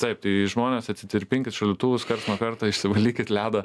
taip tai žmonės atsitirpinkit šaldytuvus karts nuo karto išsivalykit ledą